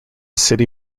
city